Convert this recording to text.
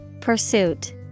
Pursuit